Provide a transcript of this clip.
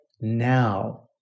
now